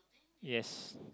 yes